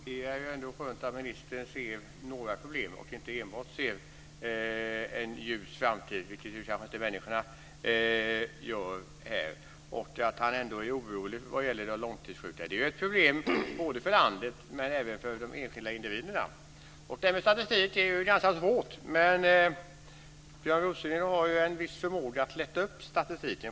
Herr talman! Det är skönt att ministern ser några problem och inte enbart en ljus framtid. Det gör kanske inte människorna. Han är orolig vad gäller de långtidssjuka. Det är ett problem, både för landet och de enskilda individerna. Det här med statistik är ganska svårt. Björn Rosengren har en viss förmåga att lätta upp statistiken.